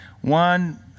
One